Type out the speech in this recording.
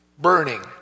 burning